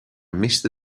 miste